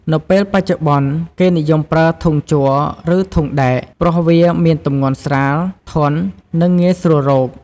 នៅពេលបច្ចុប្បន្ន គេនិយមប្រើ ធុងជ័រ ឬ ធុងដែក ព្រោះវាមានទម្ងន់ស្រាល ធន់ និងងាយស្រួលរក។